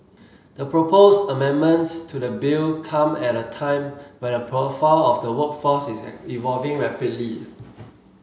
the proposed amendments to the bill come at a time when the profile of the workforce is evolving rapidly